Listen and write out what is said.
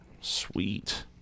sweet